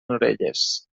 orelles